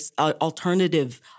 alternative